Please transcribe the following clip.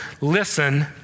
listen